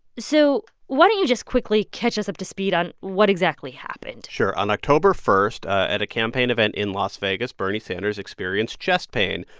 so why don't you just quickly catch us up to speed on what exactly happened? sure. on october one, at a campaign event in las vegas, bernie sanders experienced chest pain.